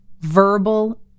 verbal